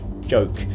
joke